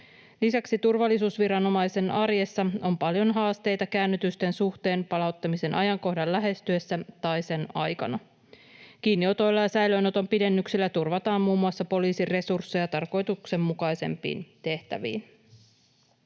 Lisäksi turvallisuusviranomaisen arjessa on paljon haasteita käännytysten suhteen palauttamisen ajankohdan lähestyessä tai sen aikana. Kiinniotoilla ja säilöönoton pidennyksellä turvataan muun muassa poliisin resursseja tarkoituksenmukaisempiin tehtäviin.